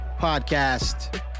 podcast